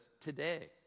today